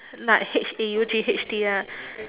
like H A U G H T ah